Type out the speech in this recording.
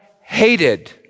hated